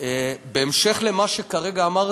בהמשך למה שכרגע אמרתי,